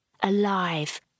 alive